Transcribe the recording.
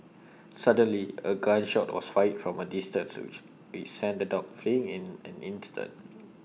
suddenly A gun shot was fired from A distance which sent the dogs fleeing in an instant